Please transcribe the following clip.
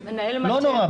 לא נורא,